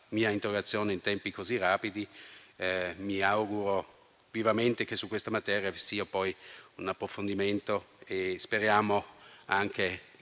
Grazie